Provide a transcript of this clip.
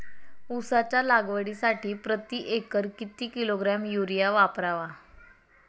उसाच्या लागवडीसाठी प्रति एकर किती किलोग्रॅम युरिया वापरावा?